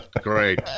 great